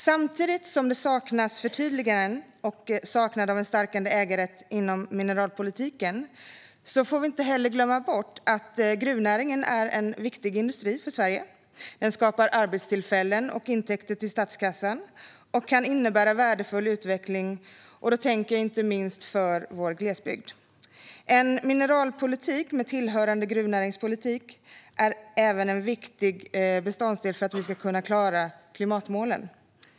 Samtidigt som det saknas förtydliganden och en starkare äganderätt inom mineralpolitiken får vi inte heller glömma bort att gruvnäringen är en viktig industri för Sverige. Den skapar arbetstillfällen och intäkter till statskassan och kan innebära värdefull utveckling, inte minst för vår glesbygd. En mineralpolitik med tillhörande gruvnäringspolitik är även en viktig beståndsdel för att vi ska klara klimatmålen.